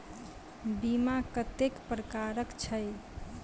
बीमा कत्तेक प्रकारक छै?